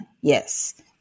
Yes